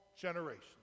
generations